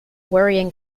worrying